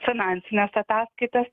finansines ataskaitas